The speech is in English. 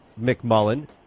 McMullen